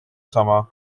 sama